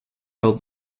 held